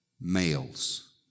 males